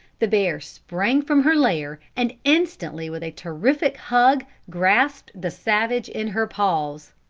the bear sprang from her lair, and instantly with a terrific hug grasped the savage in her paws.